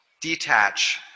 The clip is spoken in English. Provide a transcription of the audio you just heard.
detach